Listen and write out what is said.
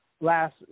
last